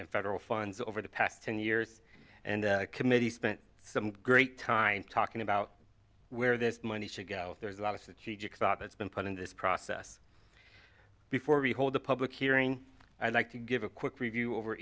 in federal funds over the past ten years and the committee spent some great time talking about where this money should go there's a lot of city jacks that as been put in this process before we hold a public hearing i'd like to give a quick review over